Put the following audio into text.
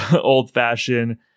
old-fashioned